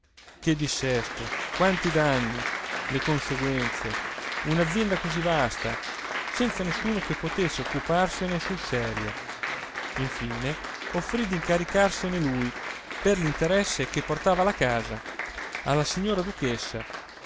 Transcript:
che dissesto quanti danni le conseguenze un'azienda così vasta senza nessuno che potesse occuparsene sul serio infine offrì d'incaricarsene lui per l'interesse che portava alla casa alla signora duchessa